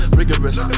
rigorous